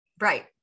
Right